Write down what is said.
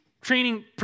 training